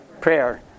prayer